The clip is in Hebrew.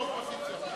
האופוזיציה.